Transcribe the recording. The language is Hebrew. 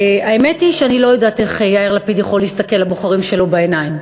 האמת היא שאני לא יודעת איך יאיר לפיד יכול להסתכל לבוחרים שלו בעיניים.